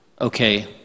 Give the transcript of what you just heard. Okay